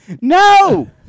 No